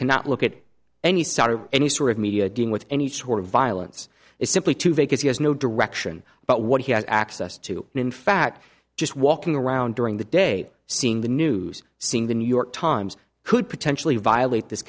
cannot look at any sort of any sort of media dealing with any sort of violence is simply too because he has no direction but what he has access to and in fact just walking around during the day seeing the news seeing the new york times could potentially violate this